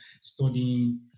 studying